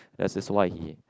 that is why he